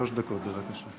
שלוש דקות, בבקשה.